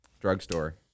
Drugstore